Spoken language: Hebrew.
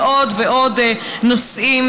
ועוד ועוד נושאים,